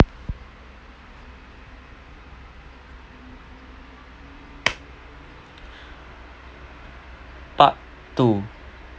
part two